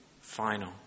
final